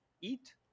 eat